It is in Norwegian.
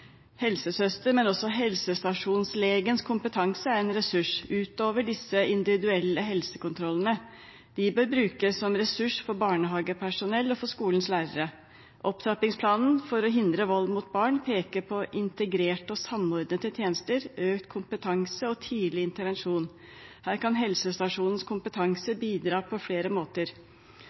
Helsesøster, men også helsestasjonslegens kompetanse, er en ressurs utover disse individuelle helsekontrollene. De bør brukes som ressurs for barnehagepersonell og skolens lærere. Opptrappingsplanen for å hindre vold mot barn peker på integrerte og samordnede tjenester, økt kompetanse og tidlig intervensjon. Her kan helsestasjonens kompetanse bidra på flere måter.